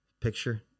picture